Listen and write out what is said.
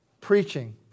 preaching